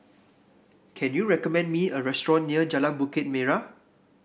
can you recommend me a restaurant near Jalan Bukit Merah